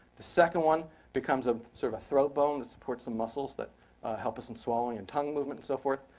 the second one becomes ah sort of a throat bone that supports the muscles that help us in swallowing, and tongue movement, and so forth,